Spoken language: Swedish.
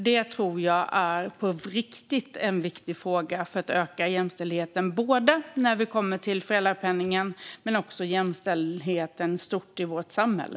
Det tror jag på riktigt är en viktig fråga för att öka jämställdheten när det kommer till föräldrapenningen men också jämställdheten i stort i vårt samhälle.